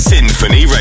Symphony